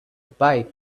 pipe